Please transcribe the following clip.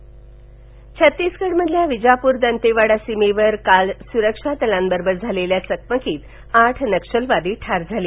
चकमक छत्तीसगड मधील विजापूर दंतेवाडा सीमेवर काल सुरक्षा बलांबरोबर झालेल्या चकमकीत नक्षलवादी ठार झाले